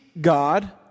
God